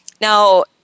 Now